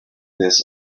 this